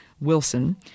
Wilson